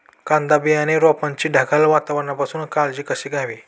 कांदा बियाणे रोपाची ढगाळ वातावरणापासून काळजी कशी घ्यावी?